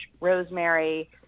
rosemary